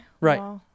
Right